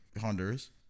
Honduras